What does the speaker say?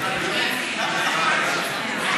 מצביעה בעד.